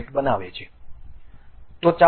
object બનાવે છે